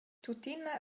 tuttina